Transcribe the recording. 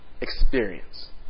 experience